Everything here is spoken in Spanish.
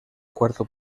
cuarto